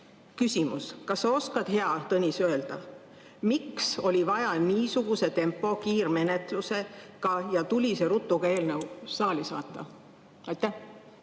Küsimus: kas sa oskad, hea Tõnis, öelda, miks oli vaja niisuguse tempoga, kiirmenetluse korras ja tulise rutuga eelnõu saali saata? Aitäh!